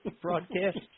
broadcast